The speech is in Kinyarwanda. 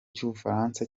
cy’ubufaransa